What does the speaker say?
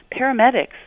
Paramedics